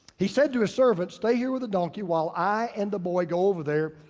he said to a servant, stay here with a donkey while i and the boy go over there.